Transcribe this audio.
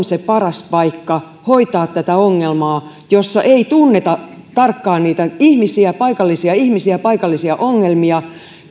se paras paikka hoitaa tätä ongelmaa on maakunta jossa ei tunneta tarkkaan niitä paikallisia ihmisiä paikallisia ongelmia